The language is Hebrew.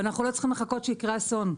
ואנחנו לא צריכים לחכות שיקרה אסון.